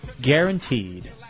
Guaranteed